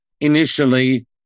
initially